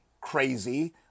crazy